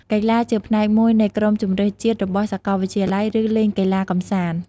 កីឡា ជាផ្នែកមួយនៃក្រុមជម្រើសជាតិរបស់សាកលវិទ្យាល័យ ឬលេងកីឡាកម្សាន្ត។